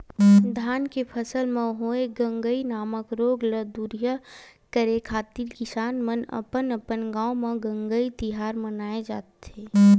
धान के फसल म होय गंगई नामक रोग ल दूरिहा करे खातिर किसान मन अपन अपन गांव म गंगई तिहार मानथे